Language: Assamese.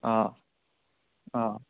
অঁ অঁ